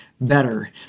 better